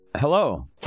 Hello